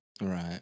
Right